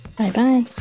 Bye-bye